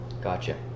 Gotcha